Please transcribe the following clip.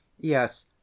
Yes